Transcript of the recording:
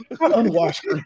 Unwashed